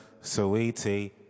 sweetie